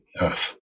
Earth